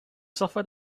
software